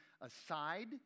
aside